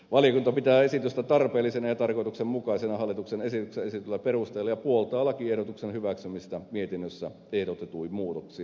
valiokunta pitää esitystä tarpeellisena ja tarkoituksenmukaisena hallituksen esityksessä esitetyillä perusteilla ja puoltaa lakiehdotuksen hyväksymistä mietinnössä ehdotetuin muutoksin